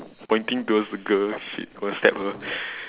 pointing towards the girl shit gonna stab her